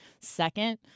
second